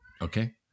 okay